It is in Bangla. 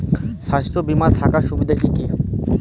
স্বাস্থ্য বিমা থাকার সুবিধা কী কী?